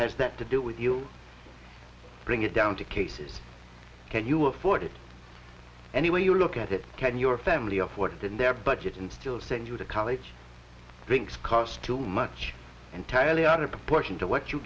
has that to do with you bring it down to cases can you afford it any way you look at it can your family afford it in their budget and still send you to college drinks cost too much entirely out of proportion to what you